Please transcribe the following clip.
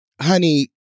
honey